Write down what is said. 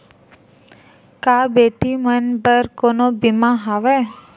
का बेटी मन बर कोनो बीमा हवय?